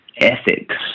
ethics